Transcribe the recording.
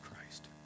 Christ